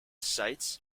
sites